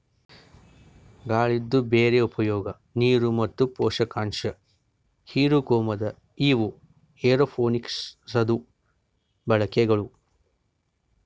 ಗಾಳಿದು ಬ್ಯಾರೆ ಉಪಯೋಗ, ನೀರು ಮತ್ತ ಪೋಷಕಾಂಶ ಹಿರುಕೋಮದು ಇವು ಏರೋಪೋನಿಕ್ಸದು ಬಳಕೆಗಳು